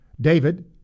David